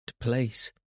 place